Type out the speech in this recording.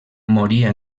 moria